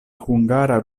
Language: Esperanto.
hungara